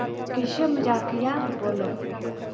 किश मजाकिया बोल्लो